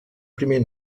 primer